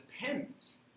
depends